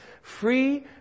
free